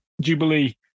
Jubilee